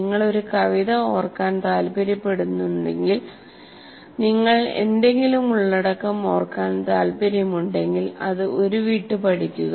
നിങ്ങൾക്ക് ഒരു കവിത ഓർക്കാൻ താൽപ്പര്യമുണ്ടെങ്കിൽ നിങ്ങൾക്ക് എന്തെങ്കിലും ഉള്ളടക്കം ഓർക്കാൻ താൽപ്പര്യമുണ്ടെങ്കിൽ അത് ഉരുവിട്ട് പഠിക്കുക